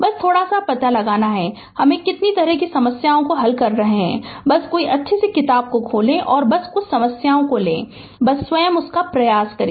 बस थोड़ा सा पता है हम कितनी तरह की समस्याओं को हल कर रहे हैं बस कोई भी अच्छी किताब खोलें और बस कुछ समस्याएं लें और बस स्वयं प्रयास करें